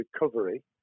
recovery